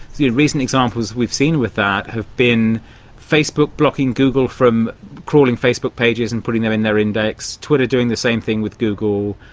recent examples we've seen with that have been facebook blocking google from crawling facebook pages and putting them in their index, twitter doing the same thing with google,